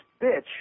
bitch